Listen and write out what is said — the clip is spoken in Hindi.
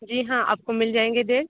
जी हाँ आपको मिल जाएंगे जेल